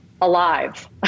alive